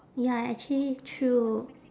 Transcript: ya actually true